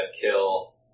kill